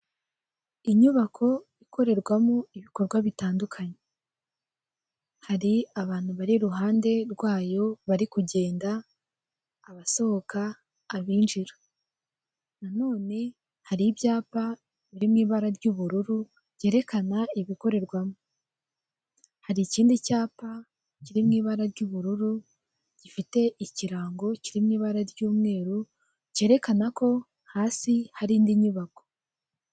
Inyubako ikorerwamo ibikorwa bitandukanye, hari abantu bari iruhande rwayo bari kugenda abasohoka abinjira nanone hari ibyapa biri mu ibara ry'ubururu byerekana ibikorerwamo, hari ikindi cyapa kiri mu ibara ry'ubururu gifite ikirango kiri mu ibara ry'umweru cyerekana ko hasi hari indi nyubako.